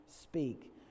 speak